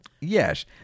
Yes